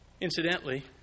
Incidentally